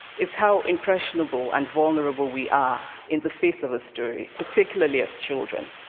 is how impressionable and vulnerable we are in the face of a story, particularly as children.